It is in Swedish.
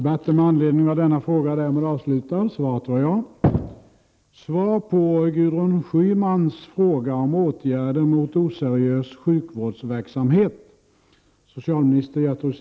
Jag hoppas därför att statsrådet är villig att skynda på öserlös sjukpårdsnerke ärendet, så att det kan bli en snabbare handläggning.